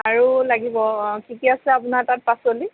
আৰু লাগিব আৰু কি কি আছে আপোনাৰ তাত পাচলি